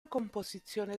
composizione